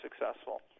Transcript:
successful